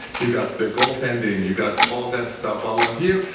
you've got the goaltending, you've got all this stuff but here,